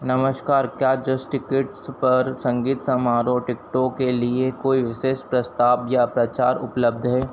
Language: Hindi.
नमस्कार क्या जस्टिकेट्स पर संगीत समारोह टिकटों के लिए कोई विशेष प्रस्ताव या प्रचार उपलब्ध है